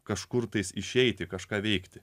kažkur tais išeiti kažką veikti